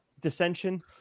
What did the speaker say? dissension